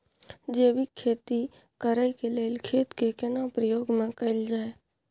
जैविक खेती करेक लैल खेत के केना प्रयोग में कैल जाय?